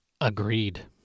Agreed